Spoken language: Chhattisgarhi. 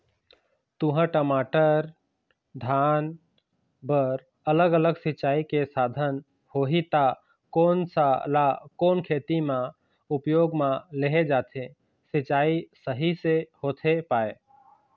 तुंहर, टमाटर, धान बर अलग अलग सिचाई के साधन होही ता कोन सा ला कोन खेती मा उपयोग मा लेहे जाथे, सिचाई सही से होथे पाए?